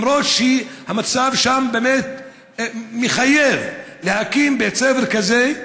למרות שהמצב שם באמת מחייב להקים בית ספר כזה,